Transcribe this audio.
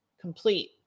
complete